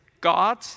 God